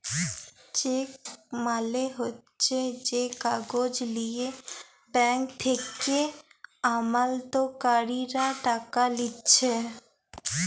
check মালে হচ্যে যে কাগজ লিয়ে ব্যাঙ্ক থেক্যে আমালতকারীরা টাকা লিছে